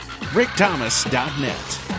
rickthomas.net